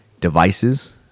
devices